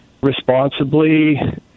responsibly